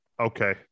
okay